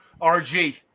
R-G